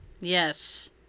Yes